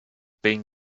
being